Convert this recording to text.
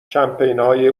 کمپینهای